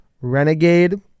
renegade